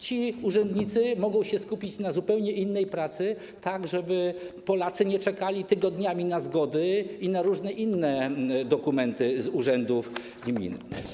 Ci urzędnicy mogą się skupić na zupełnie innej pracy, tak żeby Polacy nie czekali tygodniami na zgody i na różne inne dokumenty z urzędów gmin.